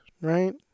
right